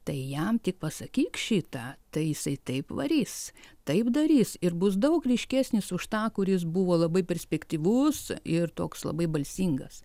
tai jam tik pasakyk šitą tai jisai taip varys taip darys ir bus daug ryškesnis už tą kuris buvo labai perspektyvus ir toks labai balsingas